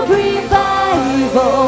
revival